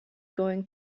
going